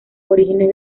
orígenes